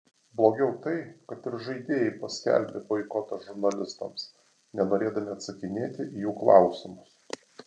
blogiau tai kad ir žaidėjai paskelbė boikotą žurnalistams nenorėdami atsakinėti į jų klausimus